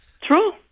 True